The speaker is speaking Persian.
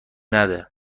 نده